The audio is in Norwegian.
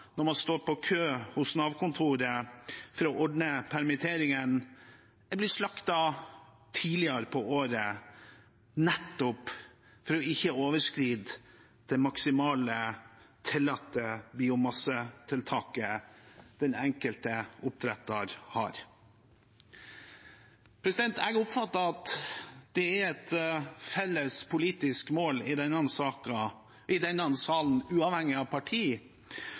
når man står i kø på Nav-kontoret for å ordne permitteringen, har blitt slaktet tidligere på året, nettopp for ikke å overskride det maksimalt tillatte biomassetaket den enkelte oppdretter har. Jeg oppfatter at det er et felles politisk mål i denne salen, uavhengig av parti,